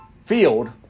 field